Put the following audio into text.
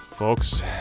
Folks